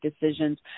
decisions